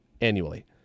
annually